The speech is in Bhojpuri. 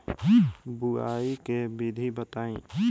बुआई के विधि बताई?